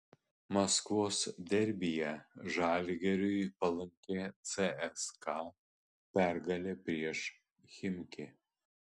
maskvos derbyje žalgiriui palanki cska pergalė prieš chimki